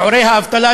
שיעורי האבטלה,